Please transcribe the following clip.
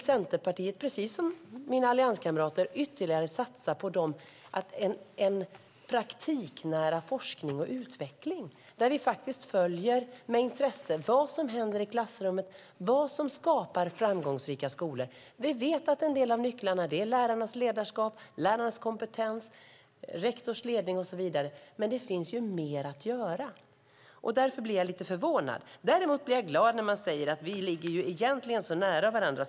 Centerpartiet vill, precis som våra allianskamrater, satsa ytterligare på praktiknära forskning och utveckling där vi med intresse följer vad som händer i klassrummet och vad som skapar framgångsrika skolor. Vi vet att en del av nycklarna är lärarnas ledarskap och kompetens, rektorns ledning och så vidare. Men det finns mer att göra. Därför blir jag lite förvånad. Däremot blir jag glad när man säger att vi egentligen ligger nära varandra.